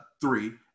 three